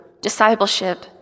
discipleship